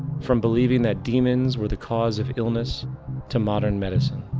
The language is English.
from believing that demons were the cause of illness to modern medicine.